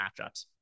matchups